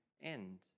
end